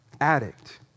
addict